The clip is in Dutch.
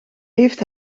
heeft